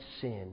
sin